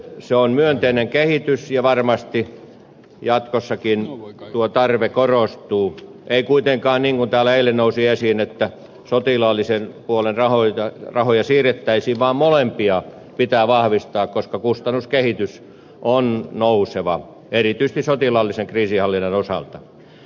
se on myönteinen kehitys ja varmasti jatkossakin tuo tarve korostuu ei kuitenkaan niin kuin täällä eilen nousi esiin että sotilaallisen puolen rahoja siirrettäisiin vaan molempia pitää vahvistaa koska kustannuskehitys on nouseva erityisesti sotilaallisen kriisinhallinnan osalta